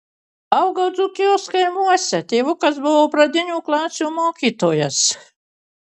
augau dzūkijos kaimuose tėvukas buvo pradinių klasių mokytojas